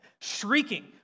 shrieking